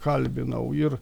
kalbinau ir